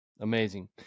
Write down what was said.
Amazing